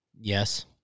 Yes